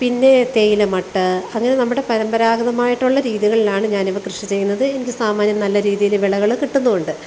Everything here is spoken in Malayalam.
പിന്നെ തേയിലമട്ട് അങ്ങനെ നമ്മുടെ പരമ്പരാഗതമായിട്ടുള്ള രീതികളിലാണ് ഞാനിപ്പോൾ കൃഷി ചെയ്യുന്നത് എനിക്ക് സാമാന്യം നല്ല രീതിയിൽ വിളകൾ കിട്ടുന്നും ഉണ്ട്